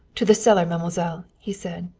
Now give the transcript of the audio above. to the cellar, mademoiselle! he said.